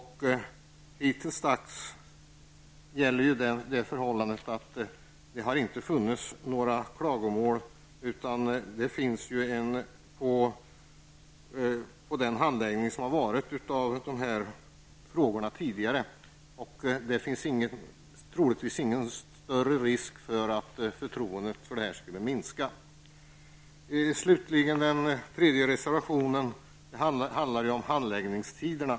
Hittilldags har det inte funnits några klagomål på handläggningen av de här frågorna, och det finns troligen ingen större risk för att förtroendet skulle minska. Den tredje reservationen handlar om handläggningstiderna.